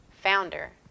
founder